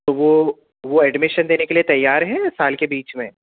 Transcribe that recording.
تو وہ وہ ایڈمیشن دینے کے لیے تیار ہیں سال کے بیچ میں